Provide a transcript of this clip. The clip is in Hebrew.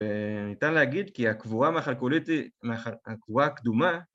וניתן להגיד כי הקבורה המכלקוליתית אה... הקבורה הקדומה...